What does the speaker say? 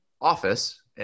office